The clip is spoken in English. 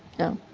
no.